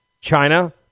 China